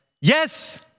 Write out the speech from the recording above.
yes